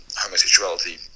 homosexuality